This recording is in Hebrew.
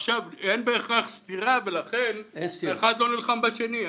עכשיו, אין בהכרח סתירה ולכן אחד לא נלחם בשני.